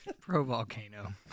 Pro-volcano